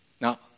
Now